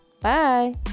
Bye